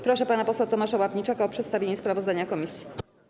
Proszę pana posła Tomasza Ławniczaka o przedstawienie sprawozdania komisji.